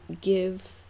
give